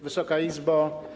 Wysoka Izbo!